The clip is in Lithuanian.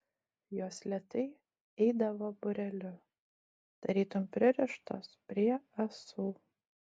jos lėtai eidavo būreliu tarytum pririštos prie ąsų